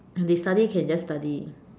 can be study can just study